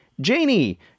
Janie